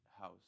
house